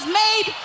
made